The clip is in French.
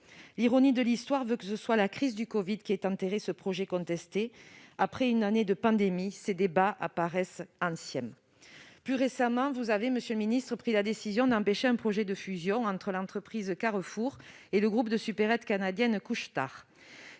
L'ironie de l'histoire veut que ce soit la crise du covid qui ait enterré ce projet contesté. Après une année de pandémie, ces débats paraissent anciens. Plus récemment, monsieur le ministre, vous avez pris la décision d'empêcher un projet de fusion entre l'entreprise Carrefour et le groupe de supérettes canadiennes Couche-Tard.